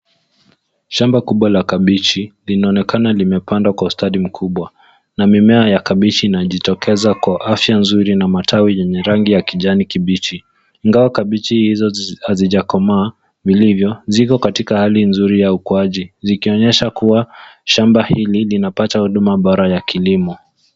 Shamba kubwa la kabichi linaonekana limepandwa kwa ustadi mkubwa na mimea ya kabichi inajitokeza kwa afya nzuri na matawi yenye rangi ya kijani kibichi. Ingawa kabichi hizo hazijakomaa vilivyo, ziko katika hali nzuri ya ukuaji, likionyesha kuwa shamba hili linapata huduma bora ya kilimo.